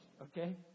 okay